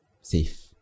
safe